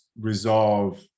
resolve